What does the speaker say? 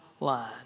line